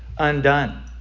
Undone